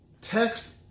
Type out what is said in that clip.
text